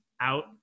out